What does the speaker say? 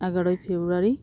ᱮᱜᱟᱨᱳᱭ February